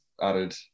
added